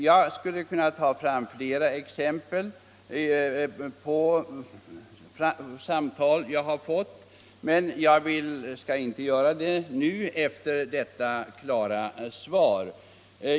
Jag skulle kunna anföra flera exempel på samtal som jag har fått, men jag skall inte göra det efter detta klara svar.